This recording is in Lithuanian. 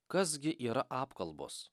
kas gi yra apkalbos